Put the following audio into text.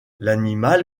l’animal